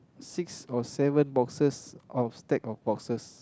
six or seven boxes of stack of boxes